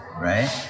right